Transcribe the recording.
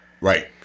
Right